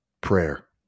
prayer